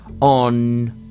on